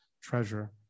treasure